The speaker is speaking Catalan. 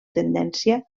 tendència